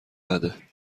بده